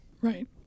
Right